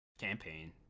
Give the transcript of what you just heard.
campaign